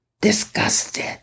disgusted